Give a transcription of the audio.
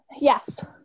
yes